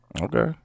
Okay